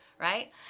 right